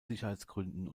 sicherheitsgründen